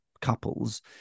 couples